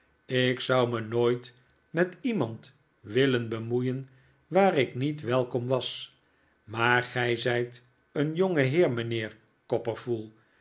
ik zou me nooit met iemand willen bemoeien waar ik niet welkom was maar gij zijt een jonge heer mijnheer copperfull